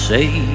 Say